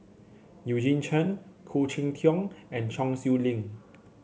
Eugene Chen Khoo Cheng Tiong and Chong Siew Ying